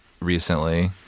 recently